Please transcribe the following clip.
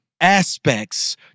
aspects